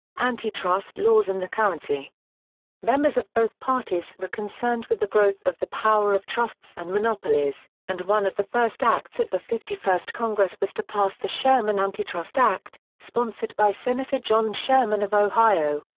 antitrust laws and the currency members of both parties were concerned with the growth of the power of trusts and monopolies, and one of the first acts of the fifty first congress was to pass the sherman antitrust act, sponsored by senator john sherman of ohio.